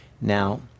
Now